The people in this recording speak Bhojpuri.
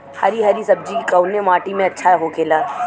हरी हरी सब्जी कवने माटी में अच्छा होखेला?